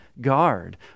guard